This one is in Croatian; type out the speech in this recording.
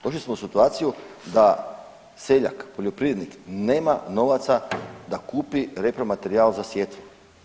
Došli smo u situaciju da seljak, poljoprivrednik nema novaca da kupi repromaterijal za sjetvu.